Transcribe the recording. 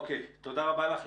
תודה רבה לך.